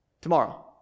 Tomorrow